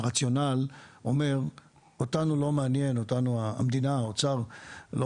הרציונל אומר שאת המדינה או את האוצר לא